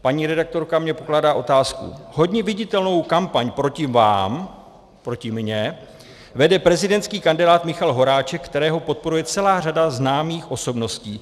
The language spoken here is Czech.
Paní redaktorka mi pokládá otázku: Hodně viditelnou kampaň proti vám proti mně vede prezidentský kandidát Michal Horáček, kterého podporuje celá řada známých osobností.